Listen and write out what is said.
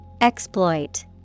Exploit